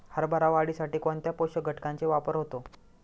हरभरा वाढीसाठी कोणत्या पोषक घटकांचे वापर होतो?